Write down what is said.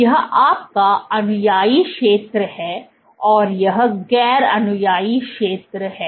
तो यह आपका अनुयायी क्षेत्र है और यह गैर अनुयायी क्षेत्र है